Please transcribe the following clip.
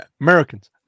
Americans